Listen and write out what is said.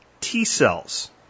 T-cells